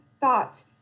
thought